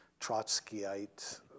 Trotskyite